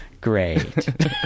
great